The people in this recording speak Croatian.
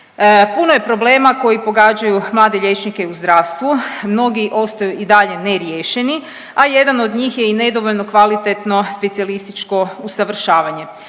Puno je problema koji pogađaju mlade liječnike u zdravstvu, mnogi ostaju i dalje neriješeni, a jedan od njih je i nedovoljno kvalitetno specijalističko usavršavanje.